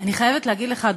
אני חייבת להגיד לך,